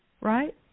right